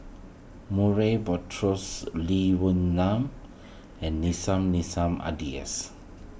Murray Buttrose Lee Wee Nam and Nissim Nassim Adis